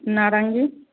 नारङ्गी